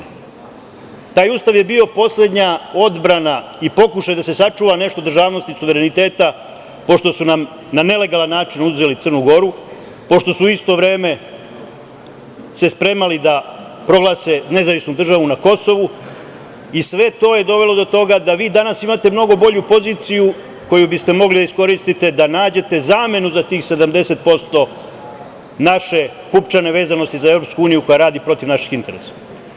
Taj Ustav je bio poslednja odbrana i pokušaj da se sačuva nešto državnosti i suvereniteta pošto su nam na nelegalan način uzeli Crnu Goru, pošto su u isto vreme se spremali da proglase nezavisnu državu na Kosovu i sve to je dovelo do toga da vi danas imate mnogo bolju poziciju koju biste mogli da iskoristite, da nađete zamenu za tih 70% naše pupčane vezanosti za EU koja radi protiv naših interesa.